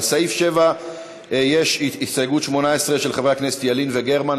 לסעיף 7 יש הסתייגות 18 של חברי הכנסת ילין וגרמן.